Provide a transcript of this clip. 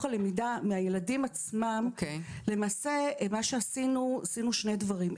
הלמידה מהילדים עצמם - למעשה מה שעשינו אלה שני דברים.